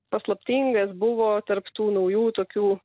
paslaptingas buvo tarp tų naujų tokių